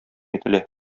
ителә